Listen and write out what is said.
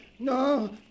No